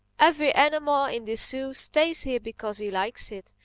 every animal in this zoo stays here because he likes it,